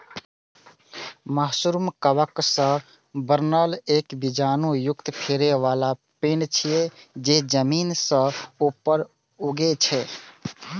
mushroom कवक सं बनल एक बीजाणु युक्त फरै बला पिंड छियै, जे जमीन सं ऊपर उगै छै